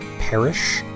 Perish